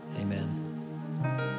Amen